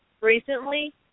recently